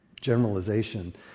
generalization